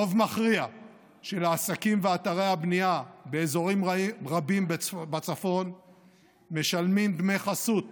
רוב מכריע של העסקים ואתרי הבנייה באזורים רבים בצפון משלמים דמי חסות